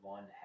One